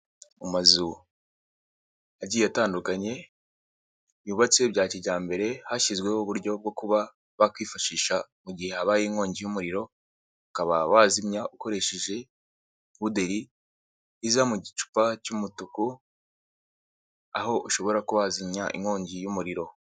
Amazu agiye atandukanye, yubatse bya kijyambere hashyizweho uburyo bwo kuba bakwifashisha mu gihe habaye inkongi y'umuriro, ukaba wazimya ukoresheje puderi iza mu gicupa cy'umutuku aho ushobora kuba wazimya inkongi y'umuriro.